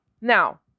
Now